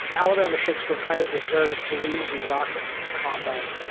alabama shakes were kind of this very bluesy rock combo.